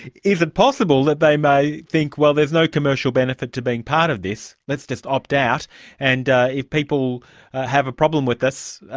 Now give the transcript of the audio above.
is it possible that they may think, well, there's no commercial benefit to being part of this, let's just opt out and if people have a problem with us,